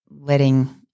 letting